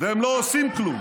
והם לא עושים כלום.